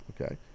okay